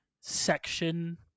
section